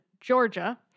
Georgia